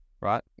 right